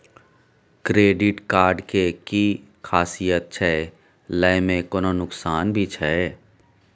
Credit card के कि खासियत छै, लय में कोनो नुकसान भी छै?